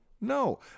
No